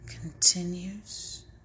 continues